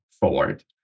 forward